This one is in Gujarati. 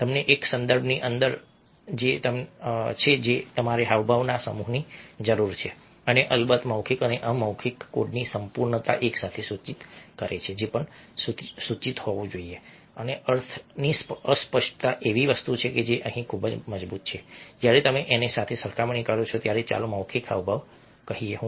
તમને એક સંદર્ભની જરૂર છે તમારે હાવભાવના સમૂહની જરૂર છે અને અલબત્ત મૌખિક અને અમૌખિક કોડની સંપૂર્ણતા એકસાથે સૂચિત કરે છે જે પણ સૂચિત હોવું જોઈએ અને અર્થની અસ્પષ્ટતા એવી વસ્તુ છે જે અહીં ખૂબ જ મજબૂત છે જ્યારે તમે તેની સાથે સરખામણી કરો ત્યારે ચાલો મૌખિક હાવભાવ કહીએ